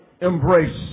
embrace